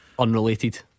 Unrelated